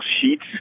Sheets